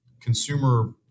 consumer